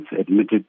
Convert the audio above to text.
admitted